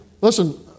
listen